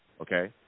Okay